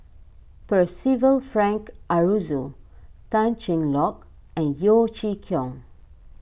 Percival Frank Aroozoo Tan Cheng Lock and Yeo Chee Kiong